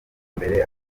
mbere